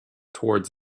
towards